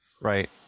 Right